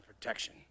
protection